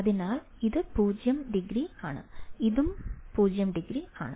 അതിനാൽ ഇത് പൂജ്യം ഡിഗ്രിയാണ് ഇതും പൂജ്യം ഡിഗ്രിയാണ്